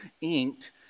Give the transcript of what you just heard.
inked